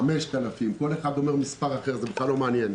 5,000 כל אחד אומר מספר אחר אבל זה בכלל לא מעניין.